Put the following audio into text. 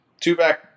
Two-back